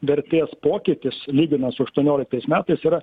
vertės pokytis lyginan su aštuonioliktais metais yra